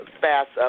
fast